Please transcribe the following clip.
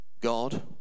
God